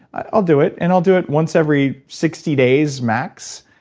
i'll do it. and i'll do it once every sixty days max,